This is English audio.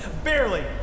Barely